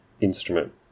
instrument